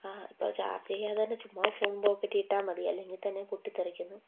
ആ ഇപ്പോൾ ചാർജ് ചെയ്യാതെ തന്നെ ചുമ്മാ ഫോൺ പോക്കറ്റിൽ ഇട്ടാൽ മതി അല്ലെങ്കിൽ തന്നെ പൊട്ടി തെറിക്കുന്നു